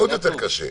עוד יותר קשה.